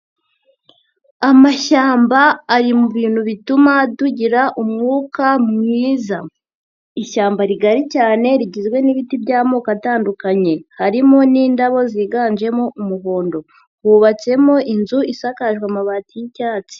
Amashyamba ari mu bintu bituma tugira umwuka mwiza. Ishyamba rigari cyane rigizwe n'ibiti by'amoko atandukanye, harimo n'indabo ziganjemo umuhondo, hubatsemo inzu isakajwe amabati y'icyatsi.